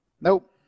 Nope